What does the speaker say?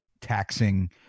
taxing